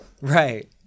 Right